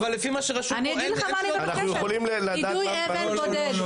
אני אגיד לך, יידוי אבן -- לא,